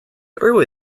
early